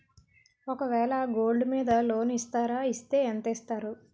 ఒక వేల గోల్డ్ మీద లోన్ ఇస్తారా? ఇస్తే ఎంత ఇస్తారు?